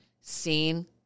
seen